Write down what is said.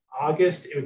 August